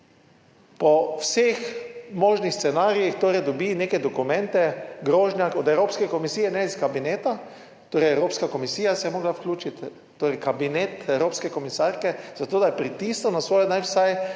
Po vseh možnih scenarijih torej dobi neke dokumente, grožnja od Evropske komisije, ne iz kabineta, torej Evropska komisija se je morala vključiti, torej kabinet evropske komisarke, za to, da je pritisnil na svojo, naj vsaj